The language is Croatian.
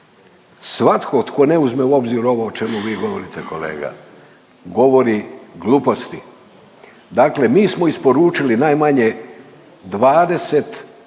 Svatko tko ne uzme u obzir ovo o čemu vi govorite kolega govori gluposti. Dakle mi smo isporučili najmanje 20